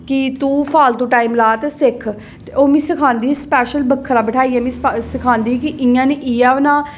कि तूं फालतू टाइम लाऽ ते सिक्ख ओह् मीं सखांदी बी ही स्पैशल बक्खरा बठाइयै मीं सखांदी ही कि इ'यां निं इ'यां बनाऽ